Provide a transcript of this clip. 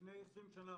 לפני עשרים שנה